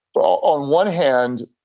on one hand,